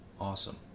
Awesome